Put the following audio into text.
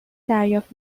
دریافت